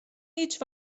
هیچ